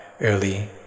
early